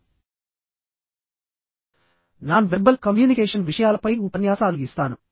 నేను ప్రత్యేకంగా non verbal communication విషయాలపై మరికొన్ని ఉపన్యాసాలు ఇస్తాను